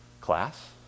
class